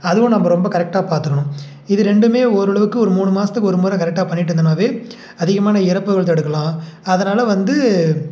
அதுவும் நம்ப ரொம்ப கரெக்டாக பார்த்துக்கணும் இது ரெண்டும் ஓரளவுக்கு ஒரு மூணு மாதத்துக்கு ஒரு முறை கரெக்டாக பண்ணிட்டு இருந்தோம்னாவே அதிகமான இறப்புகள் தடுக்கலாம் அதனால் வந்து